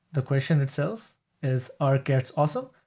the question itself is are cats awesome.